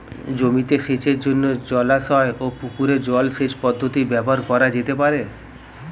জমিতে সেচের জন্য জলাশয় ও পুকুরের জল সেচ পদ্ধতি ব্যবহার করা যেতে পারে?